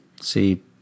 See